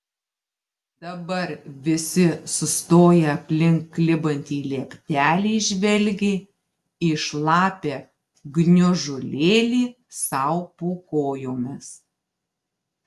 dabar visi sustoję aplink klibantį lieptelį žvelgė į šlapią gniužulėlį sau po kojomis